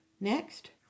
Next